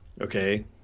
okay